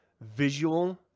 visual